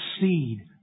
seed